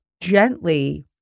gently